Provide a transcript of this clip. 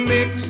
Mix